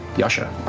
yasha,